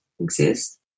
exist